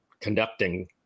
conducting